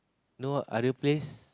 no other place